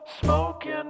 Smoking